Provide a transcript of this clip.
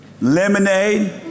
lemonade